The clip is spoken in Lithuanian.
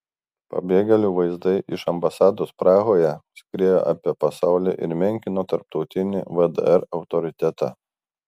pabėgėlių vaizdai iš ambasados prahoje skriejo apie pasaulį ir menkino tarptautinį vdr autoritetą